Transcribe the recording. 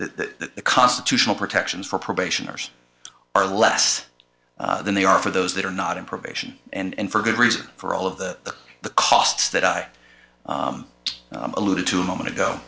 the constitutional protections for probationers are less than they are for those that are not in probation and for good reason for all of the the costs that i alluded to a moment ago